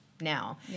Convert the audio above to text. now